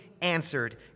answered